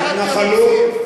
ההתנחלות,